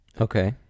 okay